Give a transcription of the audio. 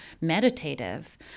meditative